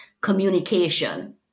communication